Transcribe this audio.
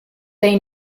they